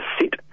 sit